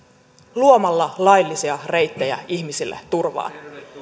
luomalla laillisia reittejä ihmisille turvaan